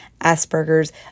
Asperger's